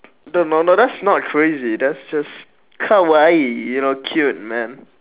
no no no that's not crazy that's just kawaii you know cute man